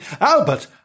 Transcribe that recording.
Albert